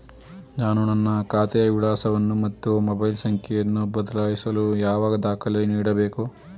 ನಾನು ನನ್ನ ಖಾತೆಯ ವಿಳಾಸವನ್ನು ಮತ್ತು ಮೊಬೈಲ್ ಸಂಖ್ಯೆಯನ್ನು ಬದಲಾಯಿಸಲು ಯಾವ ದಾಖಲೆ ನೀಡಬೇಕು?